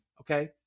Okay